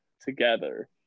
together